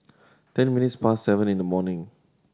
ten minutes past seven in the morning